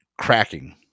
cracking